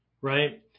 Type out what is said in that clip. right